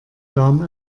darm